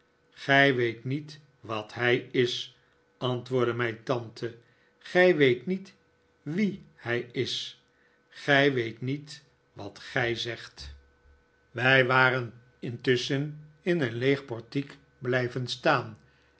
gij weet niet wat hij is antwoordde mijn tante gij weet niet wie hij is gij weet niet wat gij zegt david copperfield wij waren intusschen in een leege portiek blijven staan